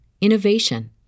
innovation